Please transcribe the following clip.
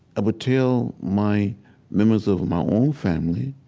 i would tell my members of my own family,